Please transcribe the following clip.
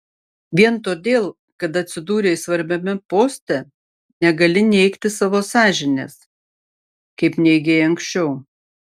vien todėl kad atsidūrei svarbiame poste negali neigti savo sąžinės kaip neigei anksčiau